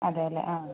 അതെ അല്ലേ ആ